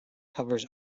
covers